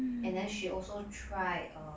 and then she also tried err